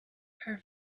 her